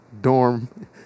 dorm